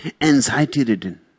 anxiety-ridden